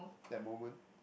that moment